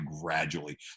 gradually